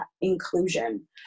inclusion